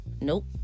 Nope